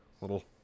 little